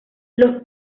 los